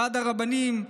ועד הרבנים,